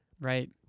Right